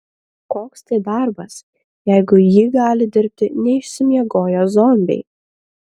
koks tai darbas jeigu jį gali dirbti neišsimiegoję zombiai